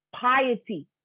piety